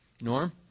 Norm